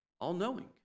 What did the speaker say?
all-knowing